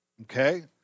Okay